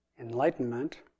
Enlightenment